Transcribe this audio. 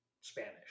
Spanish